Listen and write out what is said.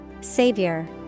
Savior